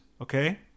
Okay